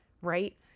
right